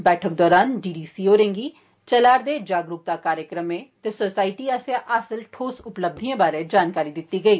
बैठक दौरान D D C होरें गी चला'रदे जागरूकता कार्यक्रमें ते सोसाईटी आस्सेआ हासिल ठोस उपलब्धिएं बारै जानकारी दित्ती गेई